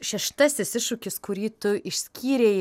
šeštasis iššūkis kurį tu išskyrei